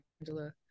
Angela